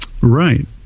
Right